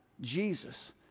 Jesus